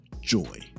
joy